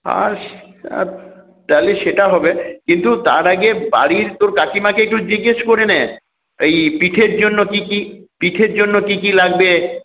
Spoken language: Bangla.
আর তাহলে সেটা হবে কিন্তু তার আগে বাড়ির তোর কাকিমাকে একটু জিজ্ঞাসা করে নে এই পিঠের জন্য কী কী পিঠের জন্য কী কী লাগবে